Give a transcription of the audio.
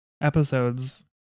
episodes